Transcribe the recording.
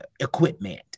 equipment